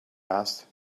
asked